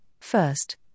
first